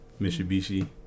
Mitsubishi